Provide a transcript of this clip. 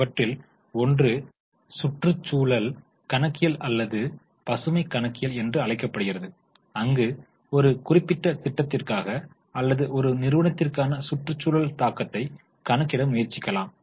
அவற்றில் ஒன்று சுற்றுச்சூழல் கணக்கியல் அல்லது பசுமை கணக்கியல் என்று அழைக்கப்படுகிறது அங்கு ஒரு குறிப்பிட்ட திட்டத்திற்காக அல்லது ஒரு நிறுவனத்திற்கான சுற்றுச்சூழல் தாக்கத்தை கணக்கிட முயற்சிக்கலாம்